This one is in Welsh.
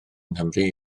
nghymru